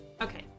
Okay